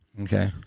Okay